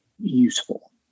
useful